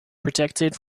protected